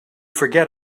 forget